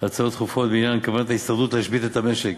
הצעות דחופות בעניין כוונת ההסתדרות להשבית את המשק.